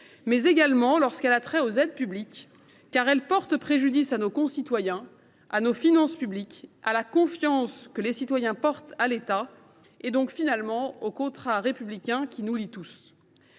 mais également lorsqu’elle a trait aux aides publiques, car elle porte préjudice à nos concitoyens, à nos finances publiques, à la confiance que les citoyens portent à l’État et,, au contrat républicain qui nous lie tous.